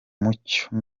mucyo